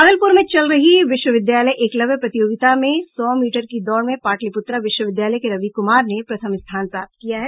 भागलपुर में चल रही विश्वविद्यालय एकलव्य प्रतियोगिता में सौ मीटर की दौड़ में पाटलिपूत्रा विश्वविद्यालय के रवि कूमार ने प्रथम स्थान प्राप्त किया है